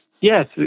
Yes